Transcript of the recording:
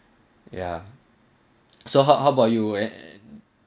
ya so how how about you at